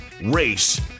race